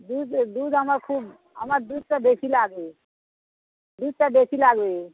দুধ দুধ আমার খুব আমার দুধটা বেশি লাগে দুধটা বেশি লাগে